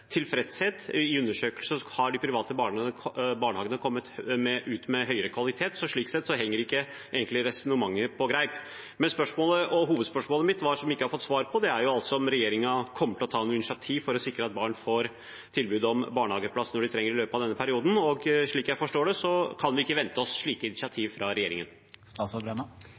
kvalitet, så slik sett henger egentlig ikke resonnementet på greip. Men hovedspørsmålet mitt, som jeg ikke har fått svar på, er om regjeringen kommer til å ta noe initiativ for å sikre at barn får tilbud om barnehageplass når de trenger det i løpet av denne perioden. Slik jeg forstår det, kan vi ikke vente oss slike initiativ fra regjeringen.